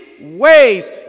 ways